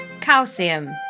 Calcium